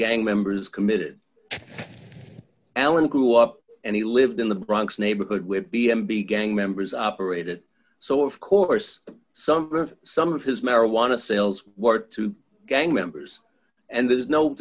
gang members committed alan grew up and he lived in the bronx neighborhood with b m b gang members operated so of course some of some of his marijuana sales were to gang members and there's no